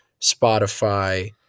Spotify